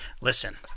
listen